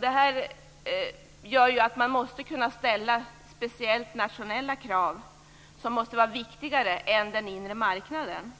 Det gör att man måste kunna ställa nationella krav som måste vara viktigare än de krav som ställs på den inre marknaden.